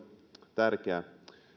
tärkeä